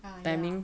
ah ya